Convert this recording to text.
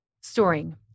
Storing